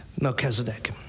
Melchizedek